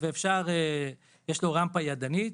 ויש לו רמפה ידנית,